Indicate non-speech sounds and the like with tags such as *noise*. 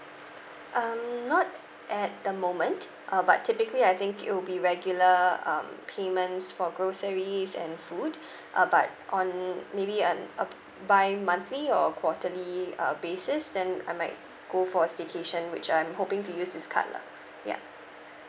um not at the moment uh but typically I think it'll be regular um payments for groceries and food *breath* uh but on maybe on uh bimonthly or quarterly uh basis then I might go for a staycation which I'm hoping to use this card lah ya